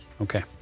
Okay